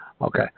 Okay